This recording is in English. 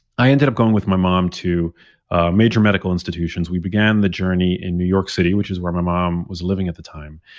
i ended up going with my mom to major medical institutions we began the journey in new york city, which is where my mom was living at the time.